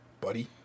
Buddy